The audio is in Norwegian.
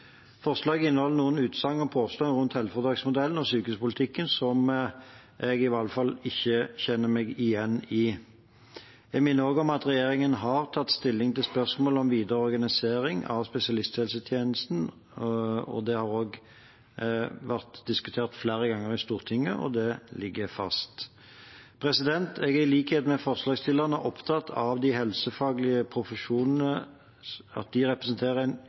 Forslaget inneholder noen utsagn og påstander rundt helseforetaksmodellen og sykehuspolitikken som i hvert fall jeg ikke kjenner meg igjen i. Jeg minner også om at regjeringen har tatt stilling til spørsmål om videre organisering av spesialisthelsetjenesten. Det har også vært diskutert flere ganger i Stortinget, og det ligger fast. Jeg er i likhet med forslagsstillerne opptatt av at de helsefaglige profesjonene